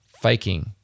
Faking